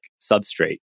substrate